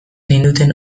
ninduten